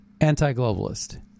anti-globalist